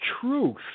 truth